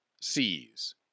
sees